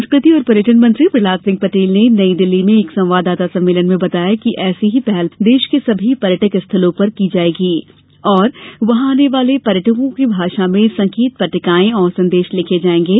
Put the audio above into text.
संस्कृति और पर्यटन मंत्री प्रह्लाद सिंह पटेल ने नई दिल्ली में एक संवाददाता सम्मेलन में बताया कि ऐसी ही पहल देश के सभी पर्यटक स्थलों पर की जाएगी और वहां आने वाले पर्यटकों की भाषा में संकेत पट्टिकाएं और संदेश लिखे जाएंगे